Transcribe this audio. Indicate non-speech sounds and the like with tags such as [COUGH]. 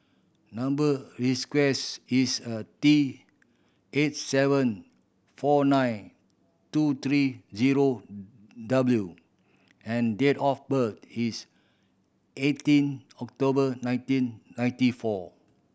number [UNINTELLIGIBLE] is a T eight seven four nine two three zero W and date of birth is eighteen October nineteen ninety four